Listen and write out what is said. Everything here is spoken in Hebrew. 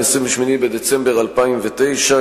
28 בדצמבר 2009,